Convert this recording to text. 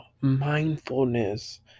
mindfulness